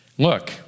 Look